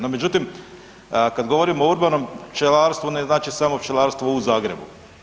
No, međutim kad govorimo o urbanom pčelarstvu ne znači samo pčelarstvo u Zagrebu.